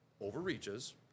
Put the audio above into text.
overreaches